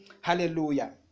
Hallelujah